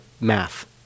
math